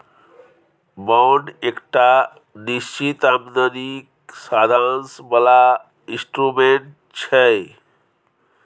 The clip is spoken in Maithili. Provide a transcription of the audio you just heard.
बांड एकटा निश्चित आमदनीक साधंश बला इंस्ट्रूमेंट छै